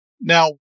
Now